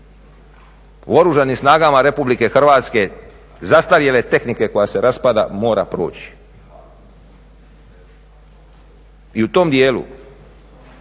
u Oružanim snagama RH, zastarjele tehnike koja se raspada mora proći. I u tom dijelu